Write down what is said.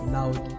Loud